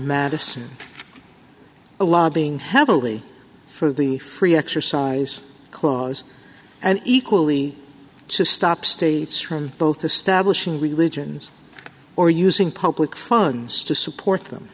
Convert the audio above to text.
madison a lobbying heavily for the free exercise clause and equally to stop states from both establishing religions or using public funds to support them